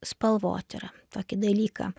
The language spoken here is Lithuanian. spalvotyrą tokį dalyką